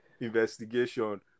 investigation